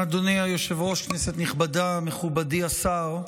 אדוני היושב-ראש, כנסת נכבדה, מכובדי השר,